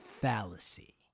fallacy